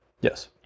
Yes